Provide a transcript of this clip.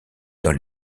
dans